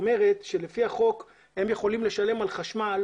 אומרת שלפי החוק הם יכולים לשלם על חשמל,